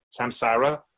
samsara